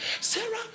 Sarah